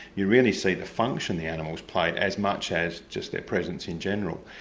you really see the function the animals play as much as just their presence in general.